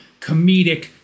comedic